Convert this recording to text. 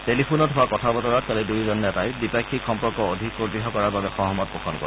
টেলিফোনত হোৱা কথা বতৰাত কালি দুয়োজন নেতাই দ্বিপাক্ষিক সম্পৰ্ক অধিক সুদৃঢ় কৰাৰ বাবে সহমত পোষণ কৰে